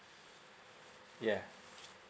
yeah